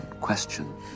question